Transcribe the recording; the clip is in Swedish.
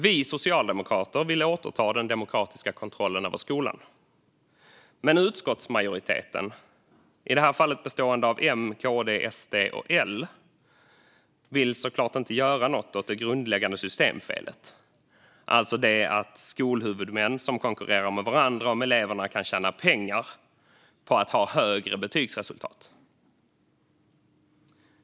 Vi socialdemokrater vill återta den demokratiska kontrollen över skolan. Men utskottsmajoriteten, i det här fallet bestående av M, KD, SD och L, vill såklart inte göra något åt det grundläggande systemfelet, alltså att skolhuvudmän som konkurrerar med varandra om eleverna kan tjäna pengar på att ha högre betygsresultat.